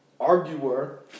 arguer